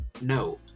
no